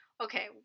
okay